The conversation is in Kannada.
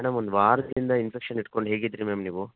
ಮೇಡಮ್ ಒಂದು ವಾರದಿಂದ ಇನ್ಫೆಕ್ಷನ್ ಇಟ್ಕೊಂಡು ಹೇಗಿದ್ದಿರಿ ಮ್ಯಾಮ್ ನೀವು